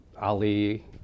Ali